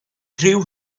threw